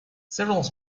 several